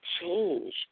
change